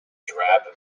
drab